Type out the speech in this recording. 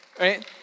right